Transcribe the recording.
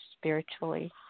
spiritually